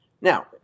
Now